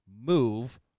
move